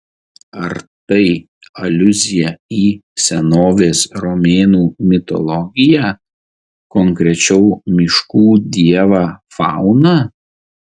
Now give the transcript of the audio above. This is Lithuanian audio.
ar tai aliuzija į senovės romėnų mitologiją konkrečiau miškų dievą fauną